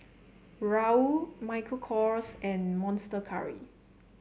Raoul Michael Kors and Monster Curry